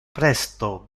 presto